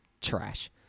trash